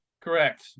Correct